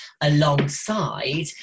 alongside